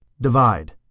Divide